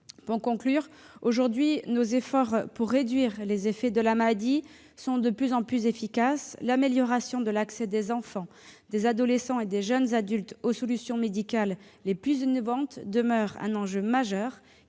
à la convention. Nos efforts pour réduire les effets de la maladie sont de plus en plus efficaces. L'amélioration de l'accès des enfants, des adolescents et des jeunes adultes aux solutions médicales les plus innovantes demeure un enjeu majeur